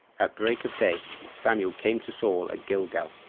at break of day samuel came to saul at gilgal.